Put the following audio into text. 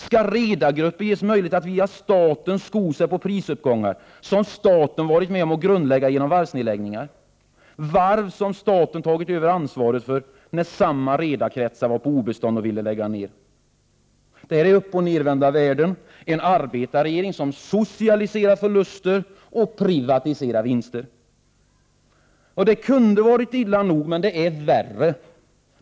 Skall redargrupper ges möjlighet att via staten sko sig på prisuppgångar som staten varit med om att grundlägga genom varvsnedläggningar, varv som staten tagit över ansvaret för när samma redarkretser varit på obestånd och ville lägga ned? Detta är uppoch nervända världen. Vi har en arbetarregering som ”socialiserar” förluster och privatiserar vinster. Detta kunde ha varit illa nog, men det är värre.